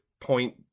point